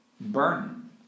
Burn